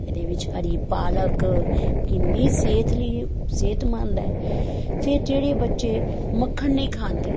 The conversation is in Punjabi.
ਇਹਦੇ ਵਿੱਚ ਹਰੀ ਪਾਲਕ ਕਿੰਨੀ ਸਿਹਤ ਲਈ ਸਿਹਤਮੰਦ ਹੈ ਫਿਰ ਜਿਹੜੇ ਬੱਚੇ ਮੱਖਣ ਨਹੀਂ ਖਾਂਦੇ